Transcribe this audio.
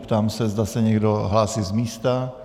Ptám se, zda se někdo hlásí z místa.